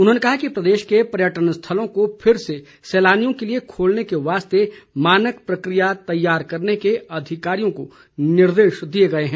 उन्होंने कहा कि प्रदेश के पर्यटक स्थलों को फिर से सैलानियों के लिए खोलने के वास्ते मानक प्रक्रिया तैयार करने के अधिकारियों को निर्देश दिए गए हैं